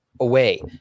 away